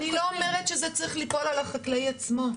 אני לא אומרת שזה צריך ליפול על החקלאי עצמו.